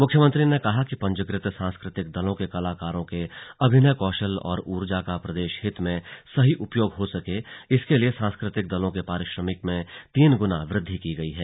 मुख्यमंत्री ने कहा कि पंजीकृत सांस्कृतिक दलों के कलाकारों के अभिनय कौशल और ऊर्जा का प्रदेश हित में सही उपयोग हो सके इसके लिए सांस्कृतिक दलों के पारिश्रमिक में तीन गुना वृद्वि की गई है